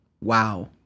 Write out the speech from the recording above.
Wow